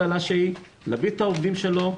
להביא את העובדים שלו,